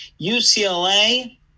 UCLA